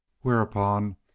Whereupon